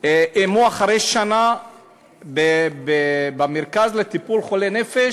אם אחרי שנה במרכז לטיפול בחולי נפש